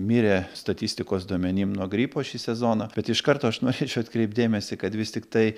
mirė statistikos duomenim nuo gripo šį sezoną bet iš karto aš norėčiau atkreipti dėmesį kad vis tiktai